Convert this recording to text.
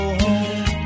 home